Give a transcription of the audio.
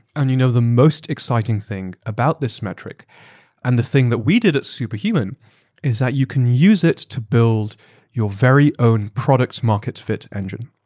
and you know the most exciting thing about this metric and the thing that we did at superhuman is that you can use it to build your very own product market fit engine.